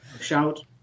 Shout